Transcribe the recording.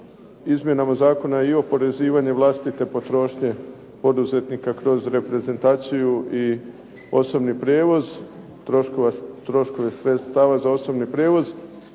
Izmjenama zakona i oporezivanje vlastite potrošnje poduzetnika kroz reprezentaciju i osobni prijevoz, troškove sredstava za osobni prijevoz.